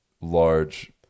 large